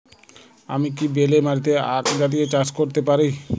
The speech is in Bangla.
আমি কি বেলে মাটিতে আক জাতীয় চাষ করতে পারি?